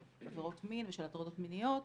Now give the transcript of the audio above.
של עבירות מין ושל הטרדות מיניות,